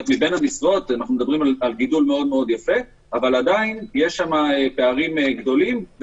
יש גידול מאוד יפה, אבל עדיין יש פערים גדולים.